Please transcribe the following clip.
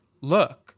look